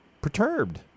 perturbed